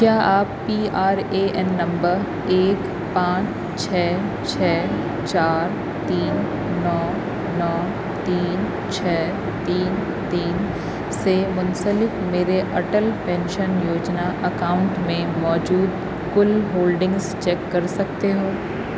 کیا آپ P R A N number ایک پانچ چھ چھ چار تین نو نو تین چھ تین تین سے منسلک میرے اٹل پینشن یوجنا اکاؤنٹ میں موجود کل ہولڈنگز چیک کر سکتے ہو